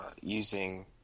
using